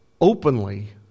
openly